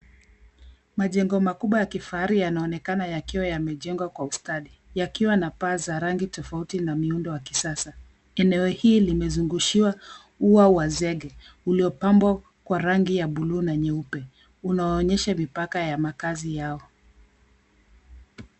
Majengo makubwa ya kifahari yanaonekana yakiwa yamejengwa kwa ustadi yakiwa na paa za rangi tofauti na miundo wa kisasa. Eneo hii limezingushiwa au wa zege uliopambwa kwa rangi ya buluu na nyeupe, unaoonyesha mipaka ya makazi yao.